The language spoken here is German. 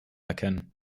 erkennen